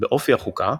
באופי החוקה,